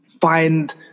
find